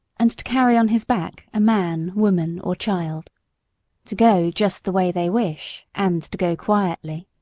and to carry on his back a man, woman or child to go just the way they wish, and to go quietly.